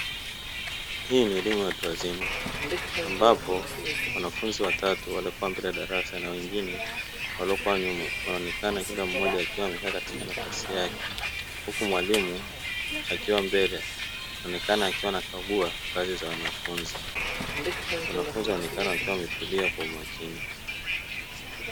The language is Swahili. Hii ni elimu ya watu wazima ,ambapo wanafunzi watatu waliokuwa mbele ya darasa na wengine wakiwa nyuma wakionekana, Kila mmoja akiwa amekaa katika nafasi yake , huku mwalimu akiwa mbele akionekana akiwa anakagua kazi za wanafunzi, wanafunzi wanaonekana wakiwa wametulia kwa umakini.